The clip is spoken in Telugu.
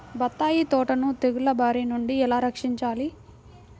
బత్తాయి తోటను తెగులు బారి నుండి ఎలా రక్షించాలి?